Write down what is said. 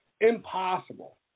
Impossible